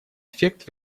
эффект